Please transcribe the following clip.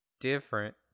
different